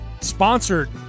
Sponsored